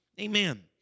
Amen